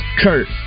Kurt